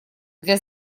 для